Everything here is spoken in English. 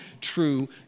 true